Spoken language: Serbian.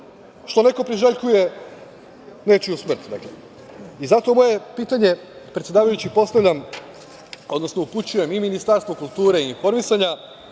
što neko priželjkuje nečiju smrt?Zato moje pitanje, predsedavajući, postavljam, odnosno upućujem Ministarstvu kulture i informisanja,